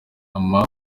mama